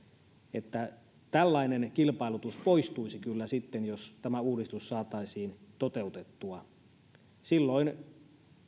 että tällainen kilpailutus poistuisi kyllä sitten jos tämä uudistus saataisiin toteutettua silloin